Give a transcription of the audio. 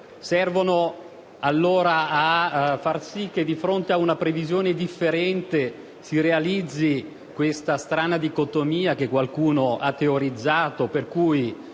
Servono a far sì che, di fronte a una previsione differente, si realizzi quella strana dicotomia, che qualcuno ha teorizzato, per cui